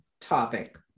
topic